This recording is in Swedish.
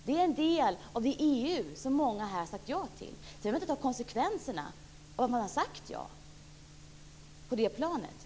Det är en del av det EU som många här har sagt ja till. Sedan vill man inte ta konsekvenserna på det planet av att man har sagt ja.